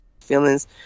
feelings